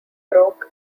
broke